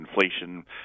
inflation